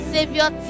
Savior